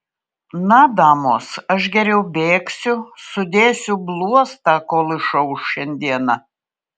na damos aš geriau bėgsiu sudėsiu bluostą kol išauš šiandiena